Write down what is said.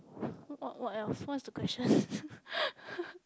what what else what's they question